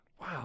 Wow